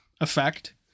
effect